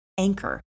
Anchor